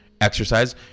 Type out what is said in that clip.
exercise